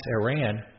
Iran